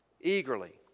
eagerly